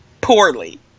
poorly